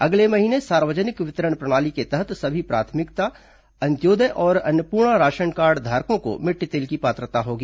अगले महीने सार्वजनिक वितरण प्रणाली के तहत सभी प्राथमिकता अंत्योदय और अन्नपूर्णा राशन कार्डधारकों को मिट्टी तेल की पात्रता होगी